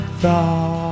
thought